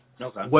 Okay